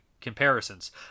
comparisons